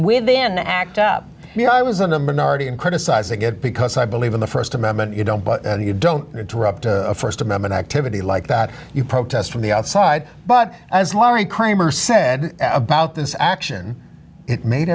within the act up here i was in the minority and criticized the good because i believe in the st amendment you don't but you don't interrupt a st amendment activity like that you protest from the outside but as far a crime or said about this action it made